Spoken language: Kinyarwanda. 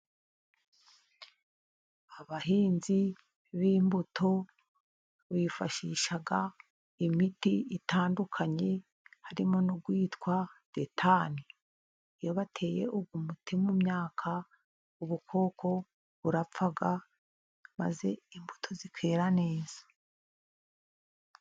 Abahinzi b'imbuto bifashisha imiti itandukanye, harimo n'uwitwa detane, iyo bateye uyu muti mu myaka ubukoko burapfa, maze imbuto zikera neza.